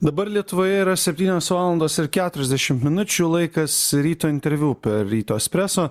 dabar lietuvoje yra septynios valandos ir keturiasdešimt minučių laikas ryto interviu per ryto espreso